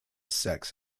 sex